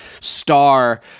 star